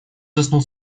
заснул